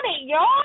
y'all